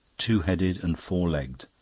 two-headed and four-legged.